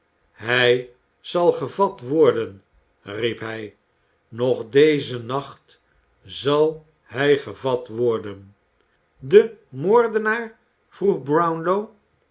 hij zal gevat worden riep hij nog dezen nacht zal hij gevat worden de moordenaar vroeg brownlow